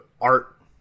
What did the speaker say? art